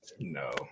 no